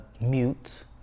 mute